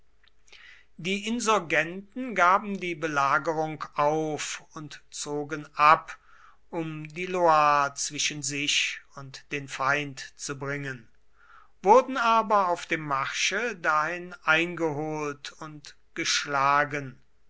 die insurgenten gaben die belagerung auf und zogen ab um die loire zwischen sich und den feind zu bringen wurden aber auf dem marsche dahin eingeholt und geschlagen